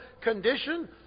condition